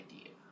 idea